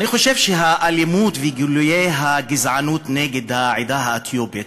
אני חושב שהאלימות וגילויי הגזענות נגד העדה האתיופית